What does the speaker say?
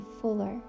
fuller